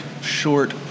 short